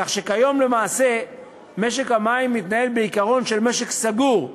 כך שכיום למעשה משק המים מתנהל בעיקרון של משק סגור,